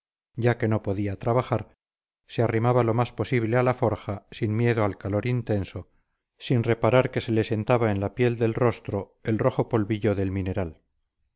ya que no podía trabajar se arrimaba lo más posible a la forja sin miedo al calor intenso sin reparar que se le sentaba en la piel del rostro el rojo polvillo del mineral